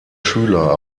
schüler